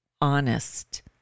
honest